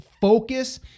focus